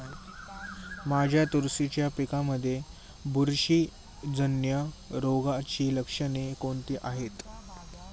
माझ्या तुरीच्या पिकामध्ये बुरशीजन्य रोगाची लक्षणे कोणती आहेत?